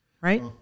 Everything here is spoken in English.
right